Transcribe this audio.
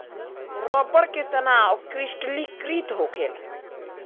रबड़ के तनाव क्रिस्टलीकृत होखेला